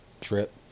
trip